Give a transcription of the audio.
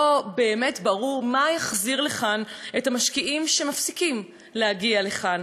לא באמת ברור מה יחזיר לכאן את המשקיעים שמפסיקים להגיע לכאן,